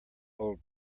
old